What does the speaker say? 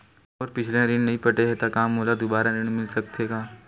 मोर पिछला ऋण नइ पटे हे त का मोला दुबारा ऋण मिल सकथे का?